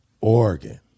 Oregon